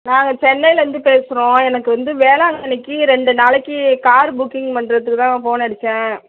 நாங்கள் சென்னையிலேருந்து பேசுகிறோம் எனக்கு வந்து வேளாங்கண்ணிக்கு ரெண்டு நாளைக்கு காரு புக்கிங் பண்ணுறதுக்கு தான் ஃபோன் அடித்தேன்